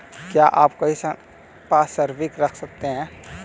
क्या आप कोई संपार्श्विक रख सकते हैं?